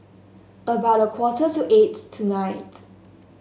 about a quarter to eight tonight